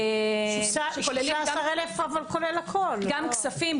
גם כספים,